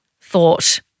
thought